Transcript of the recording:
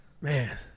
Man